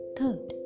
Third